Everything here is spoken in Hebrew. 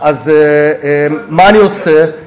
אז מה אני עושה?